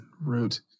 root